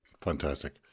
Fantastic